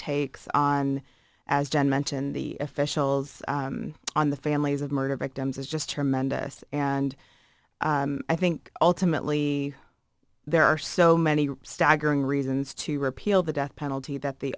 takes on as john mentioned the officials on the families of murder victims is just tremendous and i think ultimately there are so many staggering reasons to repeal the death penalty that the